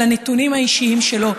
על הנתונים האישיים שלו,